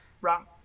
wrong